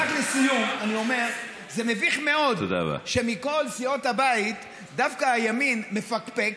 רק לסיום אני אומר: זה מביך מאוד שמכל סיעות הבית דווקא הימין מפקפק